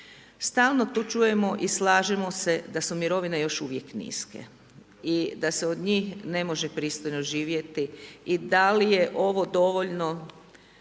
Stalno tu čujemo i slažemo se da u mirovine još uvijek niske. I da se od njih ne može pristojno živjeti. I da li je ovo dovoljno,